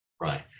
Right